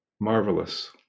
marvelous